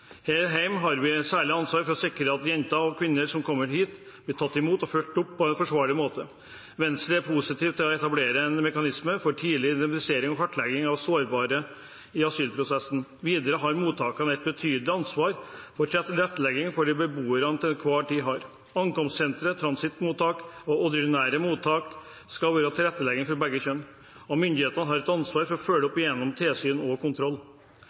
Her hjemme har vi et særlig ansvar for å sikre at jenter og kvinner som kommer hit, blir tatt imot og fulgt opp på en forsvarlig måte. Venstre er positiv til å etablere en mekanisme for tidlig identifisering og kartlegging av sårbare i asylprosessen. Videre har mottakene et betydelig ansvar for å tilrettelegge for de beboerne de til enhver tid har. Ankomstsentre, transittmottak og ordinære mottak skal være tilrettelagt for begge kjønn, og myndighetene har ansvar for å følge opp gjennom tilsyn og kontroll.